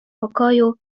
pokoju